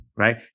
right